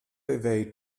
evade